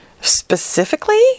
specifically